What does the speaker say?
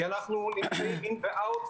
כי אנחנו נמצאים in ו-out,